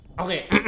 Okay